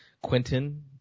Quentin